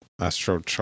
astro